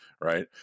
Right